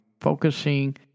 focusing